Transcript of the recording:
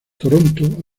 toronto